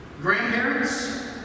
Grandparents